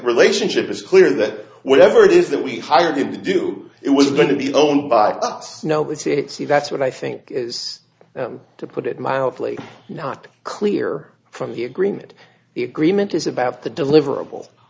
relationship is clear that whatever it is that we hired him to do it was going to be owned by us nobody said see that's what i think is to put it mildly not clear from the agreement the agreement is about the deliverable